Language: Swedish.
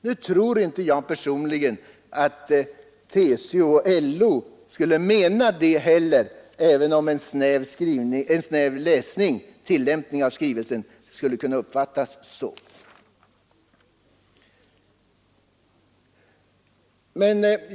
Nu tror jag personligen inte heller att TCO och LO menar det, även om man vid en snäv tolkning av skrivelsen skulle kunna uppfatta det så.